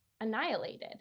annihilated